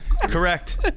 Correct